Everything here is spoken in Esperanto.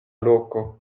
loko